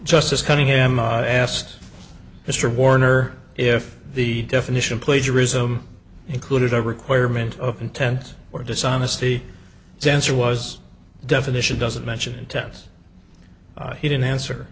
justice cunningham asked mr warner if the definition of plagiarism included a requirement of intent or dishonesty dancer was definition doesn't mention intense he didn't answer